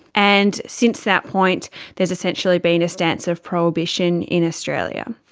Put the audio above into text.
and since that point there has essentially been a stance of prohibition in australia.